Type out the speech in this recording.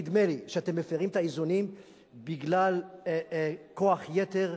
נדמה לי שאתם מפירים את האיזונים בגלל כוח יתר,